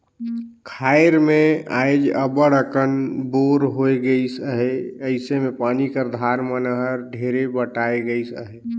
खाएर मन मे आएज अब्बड़ अकन बोर होए गइस अहे अइसे मे पानी का धार मन हर ढेरे बटाए गइस अहे